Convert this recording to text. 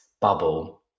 bubble